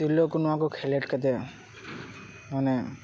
ᱛᱤᱨᱞᱟᱹ ᱠᱚ ᱱᱚᱶᱟ ᱠᱚ ᱠᱷᱮᱞᱳᱰ ᱠᱟᱛᱮᱫ ᱢᱟᱱᱮ